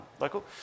local